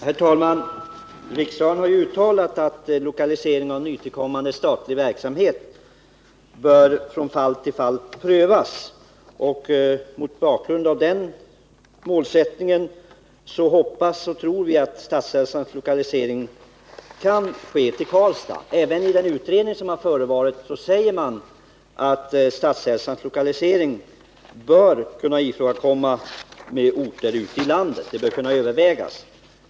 Herr talman! Riksdagen har uttalat att lokalisering av nytillkommande statlig verksamhet bör prövas från fall till fall. Mot bakgrund av den målsättningen hoppas och tror vi att Statshälsans lokalisering kan ske till Karlstad. I den utredning som har förevarit sägs också att orter ute i landet bör kunna komma i fråga vid Statshälsans lokalisering. Det bör i varje fall kunna övervägas.